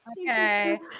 Okay